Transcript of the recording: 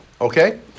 Okay